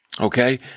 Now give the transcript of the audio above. okay